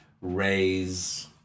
raise